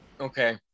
Okay